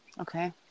Okay